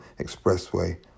expressway